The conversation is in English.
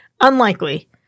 Unlikely